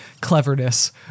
cleverness